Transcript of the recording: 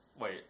wait